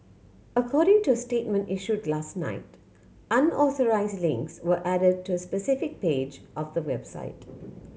according to a statement issued last night unauthorised links were added to a specific page of the website